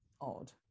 odd